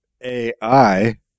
AI